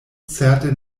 certe